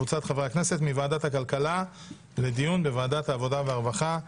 מוועדת הכלכלה לדיון בוועדת העבודה והרווחה.